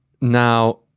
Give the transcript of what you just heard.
Now